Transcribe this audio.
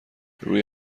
روی